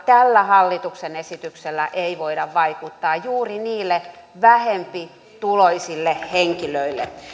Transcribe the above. tällä hallituksen esityksellä ei voida vaikuttaa juuri niille vähempituloisille henkilöille